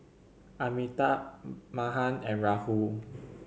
Amitabh Mahan and Rahul